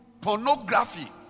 Pornography